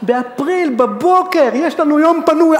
באפריל בבוקר יש לנו יום פנוי,